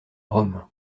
rome